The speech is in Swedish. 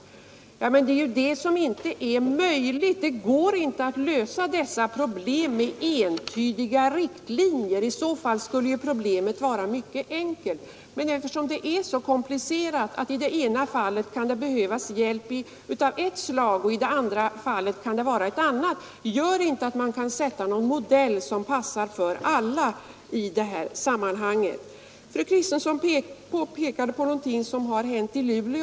Det är ju detta som inte är möjligt. Det går inte att lösa dessa problem med entydiga riktlinjer, för i så fall skulle det vara Nr 106 Fredagen den man inte sätta upp en modell som passar för alla fall. I juni 1973 Fru Kristensson pekade på någonting som inträffat i Luleå.